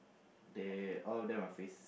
dead all of them are face